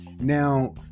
now